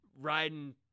riding